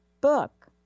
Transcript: book